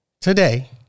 today